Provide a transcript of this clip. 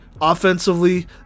offensively